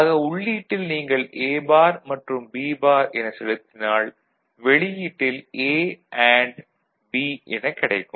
ஆக உள்ளீட்டில் நீங்கள் A பார் மற்றும் B பார் என செலுத்தினால் வெளியீட்டில் A அண்டு B எனக் கிடைக்கும்